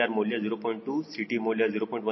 2 CT ಮೌಲ್ಯ 0